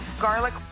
garlic